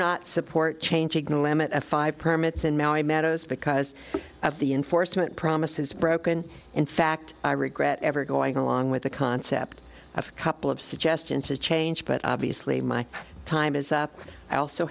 not support change ignore limit of five permits and now it matters because of the enforcement promises broken in fact i regret ever going along with the concept of a couple of suggestions to change but obviously my time is up i also